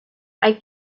hay